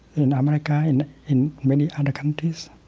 in america, and in many other countries,